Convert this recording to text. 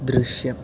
ദൃശ്യം